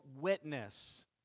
witness